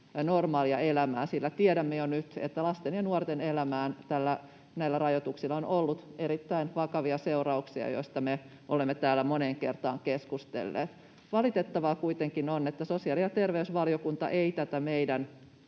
normaalia elämää, sillä tiedämme jo nyt, että lasten ja nuorten elämään näillä rajoituksilla on ollut erittäin vakavia seurauksia, joista me olemme täällä moneen kertaan keskustelleet. Valitettavaa kuitenkin on, että sosiaali- ja terveysvaliokunta ei tätä meidän